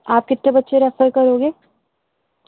آپ کتنے بچے ریفر کرو گے